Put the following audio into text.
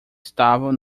estavam